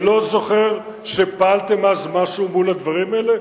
אני לא זוכר שפעלתם אז במשהו מול הדברים האלה.